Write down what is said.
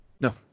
No